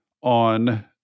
on